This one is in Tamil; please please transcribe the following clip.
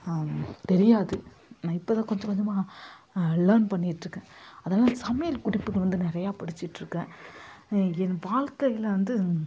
தெரியாது நான் இப்போதான் கொஞ்சம் கொஞ்சமாக லேன் பண்ணிகிட்ருக்கேன் அதெல்லாம் சமையல் குறிப்புகள் வந்து நிறைய படிச்சிகிட்டுருக்கேன் என் வாழ்க்கையில வந்து